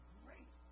great